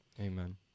amen